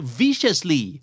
viciously